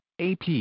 AP